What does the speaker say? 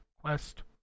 quest